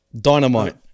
Dynamite